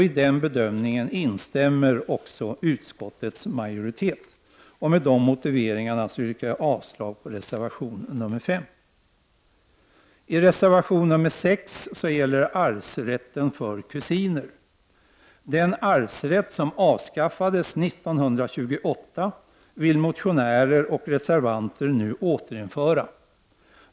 I den bedömningen instämmer också utskottets majoritet. Med denna motivering yrkar jag avslag på reservation 5. Reservation 6 gäller arvsrätt för kusiner. Den arvsrätt som avskaffades 1928 vill motionärer och reservanter nu återinföra.